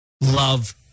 love